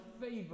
favor